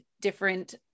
different